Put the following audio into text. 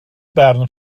barn